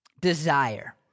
desire